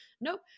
Nope